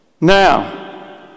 Now